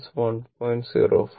04 i 0